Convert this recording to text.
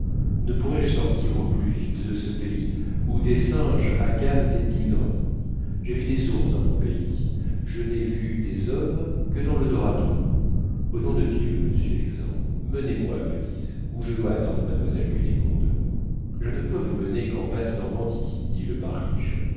ne pourrai-je sortir au plus vite de ce pays où des singes agacent des tigres j'ai vu des ours dans mon pays je n'ai vu des hommes que dans le dorado au nom de dieu monsieur l'exempt menez-moi à venise où je dois attendre mademoiselle cunégonde je ne peux vous mener qu'en basse normandie dit le barigel